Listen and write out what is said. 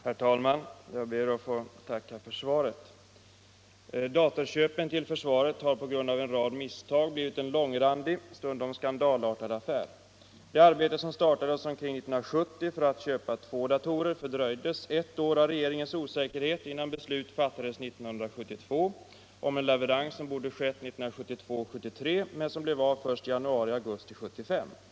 Herr talman! Jag ber att få tacka för svaret. Datorköpen till försvaret har på grund av en rad misstag blivit en långrandig, stundom skandalartad affär. Det arbete som startades omkring 1970 för att köpa två datorer fördröjdes ett år av regeringens osäkerhet, innan beslut 1972 fattades om en leverans, som borde ha skett 1972/73 men som blev av först i januari och augusti 1975.